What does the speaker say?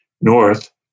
North